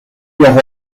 viajó